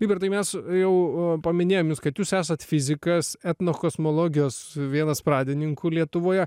libertai mes jau paminėjom jus kad jūs esat fizikas etnokosmologijos vienas pradininkų lietuvoje